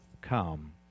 come